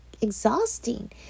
exhausting